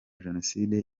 jenoside